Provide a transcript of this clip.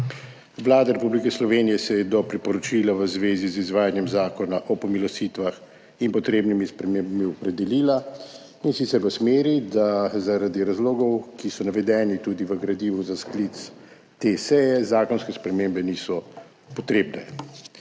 Vlada Republike Slovenije se je do priporočila v zvezi z izvajanjem zakona o pomilostitvah in potrebnimi spremembami opredelila in sicer v smeri, da zaradi razlogov, ki so navedeni tudi v gradivu za sklic te seje, zakonske spremembe niso potrebne.